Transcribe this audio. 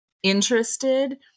interested